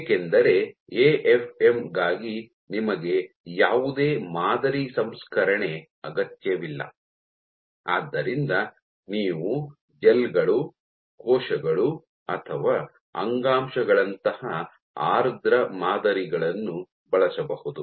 ಏಕೆಂದರೆ ಎಎಫ್ಎಂ ಗಾಗಿ ನಿಮಗೆ ಯಾವುದೇ ಮಾದರಿ ಸಂಸ್ಕರಣೆ ಅಗತ್ಯವಿಲ್ಲ ಆದ್ದರಿಂದ ನೀವು ಜೆಲ್ ಗಳು ಕೋಶಗಳು ಅಥವಾ ಅಂಗಾಂಶಗಳಂತಹ ಆರ್ದ್ರ ಮಾದರಿಗಳನ್ನು ಬಳಸಬಹುದು